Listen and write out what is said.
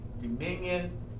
dominion